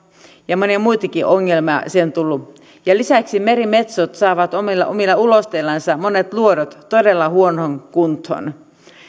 ja monia muitakin ongelmia on tullut lisäksi merimetsot saavat omilla omilla ulosteillansa monet luodot todella huonoon kuntoon